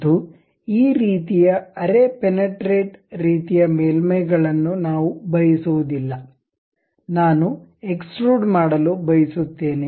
ಮತ್ತು ಈ ರೀತಿಯ ಅರೆ ಪೆನೆಟ್ರೇಟ್ ರೀತಿಯ ಮೇಲ್ಮೈಗಳನ್ನು ನಾವು ಬಯಸುವುದಿಲ್ಲ ನಾನು ಎಕ್ಸ್ಟ್ರುಡ್ ಮಾಡಲು ಬಯಸುತ್ತೇನೆ